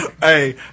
Hey